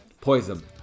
Poison